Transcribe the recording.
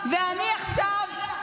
זה לא הדם של --- זה הדם של כולנו.